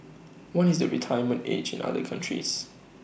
what is the retirement age in other countries